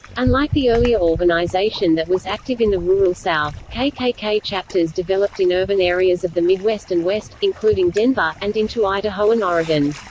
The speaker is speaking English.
and like the earlier organization that was active in the rural south, kkk chapters developed in urban areas of the midwest and west, including denver, and into idaho and oregon.